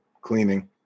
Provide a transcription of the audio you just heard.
cleaning